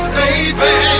baby